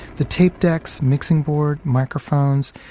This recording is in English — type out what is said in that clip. the tape decks, mixing board, microphones,